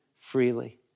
freely